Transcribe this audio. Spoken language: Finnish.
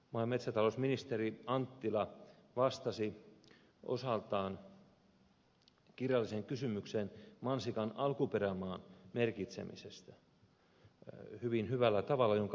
maa ja metsätalousministeri anttila vastasi osaltaan kirjalliseen kysymykseen mansikan alkuperämaan merkitsemisestä hyvin hyvällä tavalla jonka haluan tässä todeta